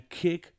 kick